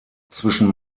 zwischen